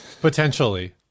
potentially